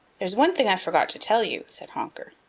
there's one thing i forgot to tell you, said honker.